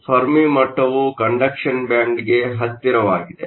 Fermi ಮಟ್ಟವು conduction ಬ್ಯಾಂಡ್ಗೆ ಹತ್ತಿರವಾಗಿದೆ